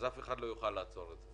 אז אף אחד לא יוכל לעצור את זה.